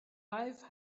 life